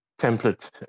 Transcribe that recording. template